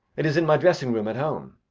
it is in my dressing-room at home.